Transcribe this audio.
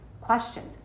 questions